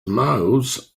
mouths